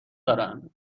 دارن